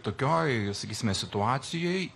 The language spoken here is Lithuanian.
tokioj sakysime situacijoj